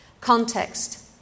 context